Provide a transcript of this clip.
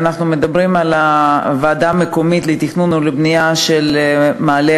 אנחנו מדברים על הוועדה המקומית לתכנון ובנייה מעלה-הגליל.